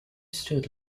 stood